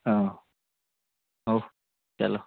ହଁ ହଉ ଚାଲ